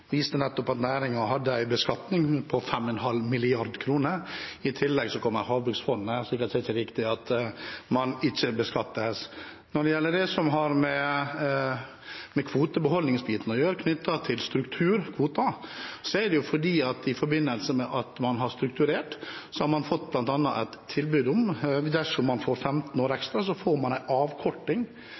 viste nettopp at næringen hadde en beskatning på 5,5 mrd. kr, og i tillegg kommer Havbruksfondet. Så det er ikke riktig at man ikke beskattes. Når det gjelder det som har med kvotebeholdning knyttet til strukturkvoter å gjøre: Det er fordi man i forbindelse med at man har strukturert, bl.a. har fått et tilbud om at man, dersom man får 15 år ekstra, får en avkorting for det som går inn i en kvotebeholdning, som man